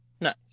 Nice